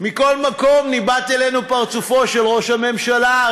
מכל מקום ניבט אלינו פרצופו של ראש הממשלה.